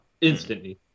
instantly